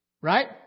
Right